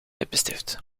lippenstift